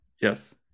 Yes